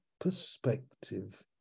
perspective